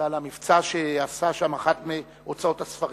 ועל המבצע שעשתה שם אחת מהוצאות הספרים.